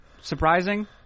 surprising